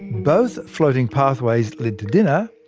both floating pathways led to dinner,